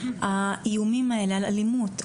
האיומים האלה על אלימות,